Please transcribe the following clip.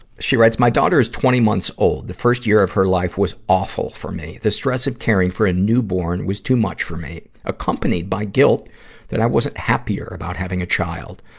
she writes, my daughter's twenty months old. the first year of her life was awful for me. the stress of caring for a newborn was too much for me, accompanied by guilt that i wasn't happier about having a child.